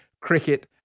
cricket